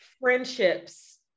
friendships